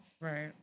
Right